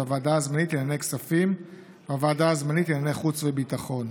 של הוועדה הזמנית לענייני כספים והוועדה הזמנית לענייני חוץ וביטחון.